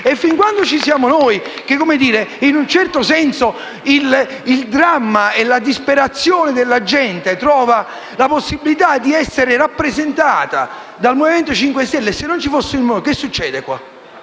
E fino a quando ci siamo noi, in un certo senso il dramma e la disperazione della gente trovano la possibilità di essere rappresentati dal Movimento 5 Stelle. Ma se non ci fosse il Movimento cosa accadrebbe?